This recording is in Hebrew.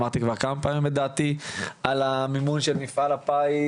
אמרתי כבר כמה פעמים את דעתי על המימון של מפעל הפיס,